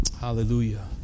Hallelujah